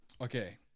Okay